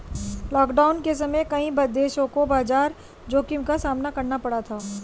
lockdown के समय कई देशों को बाजार जोखिम का सामना करना पड़ा था